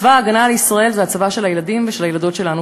צבא ההגנה לישראל זה הצבא של הילדים ושל הילדות שלנו.